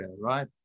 right